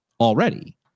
already